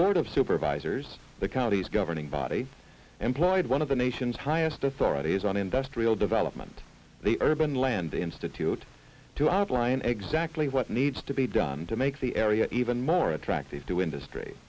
board of supervisors the county's governing body employed one of the nation's highest authorities on invest we'll development the urban land institute to outline exactly what needs to be done to make the area even more attractive to industry